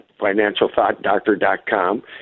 financialthoughtdoctor.com